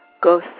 go